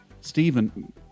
Stephen